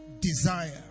desire